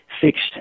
fixed